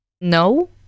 no